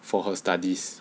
for her studies